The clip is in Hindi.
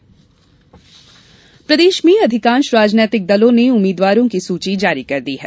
चुनाव प्रचार प्रदेश में अधिकांश राजनैतिक दलों ने उम्मीद्वारों की सूची जारी कर दी है